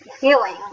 healing